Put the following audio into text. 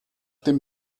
dem